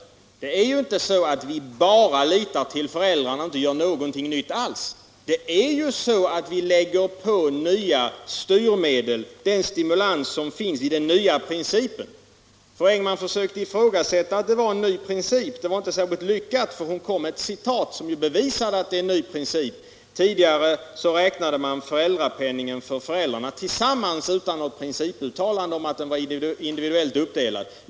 Det förhåller sig ju inte så att vi bara litar till föräldrarna och inte vill göra någonting nytt alls, utan vi för in nya styrmedel genom den stimulans som finns i den nya principen. Fröken Engman försökte sätta i fråga huruvida det var någon ny princip, men det var inte särskilt lyckat, eftersom hon själv kom med ett citat som bevisade att det var en ny princip. Tidigare räknade man samman föräldrapenningen för föräldrarna utan något principuttalande om att den var individuellt uppdelad.